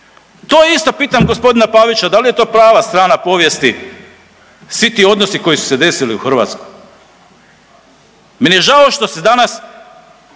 To isto pitam gospodina Pavića da li je to prava strana povijesti svi ti odnosi koji su se desili u Hrvatskoj. Meni je žao što se danas